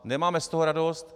Nemáme z toho radost.